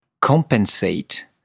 compensate